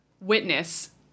Witness